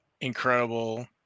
incredible